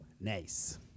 Nice